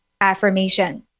affirmation